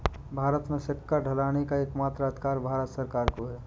भारत में सिक्का ढालने का एकमात्र अधिकार भारत सरकार को है